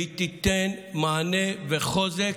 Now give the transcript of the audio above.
והיא תיתן מענה וחוזק.